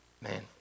Man